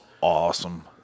awesome